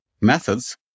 methods